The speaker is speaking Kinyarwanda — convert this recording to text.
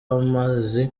amezi